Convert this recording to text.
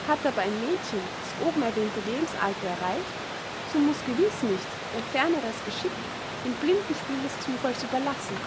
hat aber ein mädchen das obenerwähnte lebensalter erreicht so muß gewiß nicht ihr ferneres geschick dem blinden spiel des zufalls überlassen